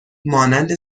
مانند